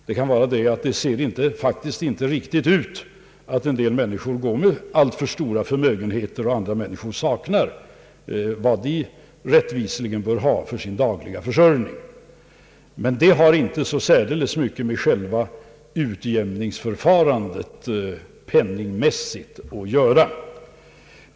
Det kan vara motivet att det faktiskt inte ser riktigt ut att en del människor går med alltför stora förmögenheter och andra människor saknar vad de rättvisligen bör ha för sin dagliga försörjning. Detta har emellertid inte så särdeles mycket med själva utjämningsförfarandet penningmässigt att göra.